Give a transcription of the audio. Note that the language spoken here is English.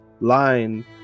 line